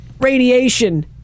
radiation